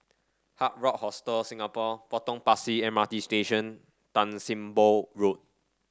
Hard Rock Hostel Singapore Potong Pasir M R T Station Tan Sim Boh Road